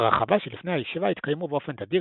ברחבה שלפני הישיבה התקיימו באופן תדיר